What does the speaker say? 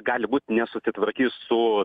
gali būt nesutitvarkys su